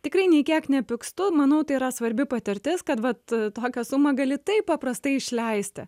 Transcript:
tikrai nei kiek nepykstu manau tai yra svarbi patirtis kad vat tokią sumą gali taip paprastai išleisti